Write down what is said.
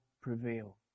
prevail